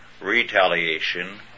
retaliation